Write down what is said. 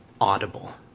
audible